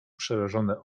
przerażone